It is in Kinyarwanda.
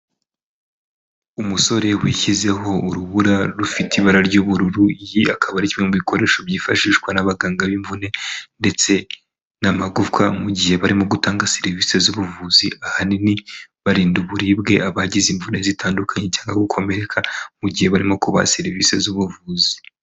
Umusore wishyizeho urubura rufite ibara ry'ubururu akaba ari kimwe mu bikoresho byifashishwa n'abaganga b'imvune ndetse n'amagufwa mu gihe barimo gutanga serivisi z'ubuvuzi ahanini barinda uburibwe abagize imvune zitandukanye cyangwa gukomereka mu gihe barimo kubaha serivisi z'ubuvuzi.